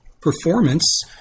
performance